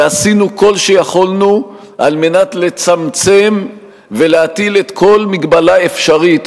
ועשינו כל שיכולנו על מנת לצמצם ולהטיל כל מגבלה אפשרית